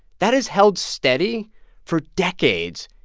that has held steady for decades,